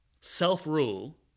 Self-rule